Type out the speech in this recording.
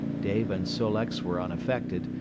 dave and sol-leks were unaffected,